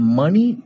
money